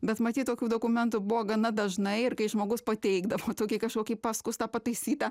bet matyt tokių dokumentų buvo gana dažnai ir kai žmogus pateikdavo tokį kažkokį paskustą pataisytą